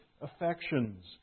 affections